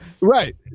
Right